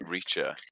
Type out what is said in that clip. Reacher